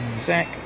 Zach